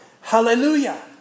Hallelujah